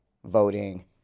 Voting